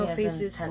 faces